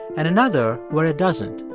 and another where it doesn't,